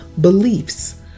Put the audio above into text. beliefs